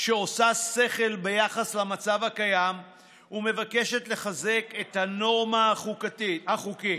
שעושה שכל ביחס למצב הקיים ומבקשת לחזק את הנורמה החוקית,